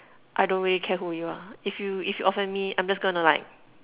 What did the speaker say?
I don't really care who you are if you if you offend me I'm just gonna like